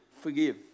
forgive